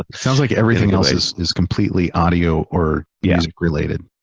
sounds like everything else is is completely audio or music related.